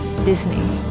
Disney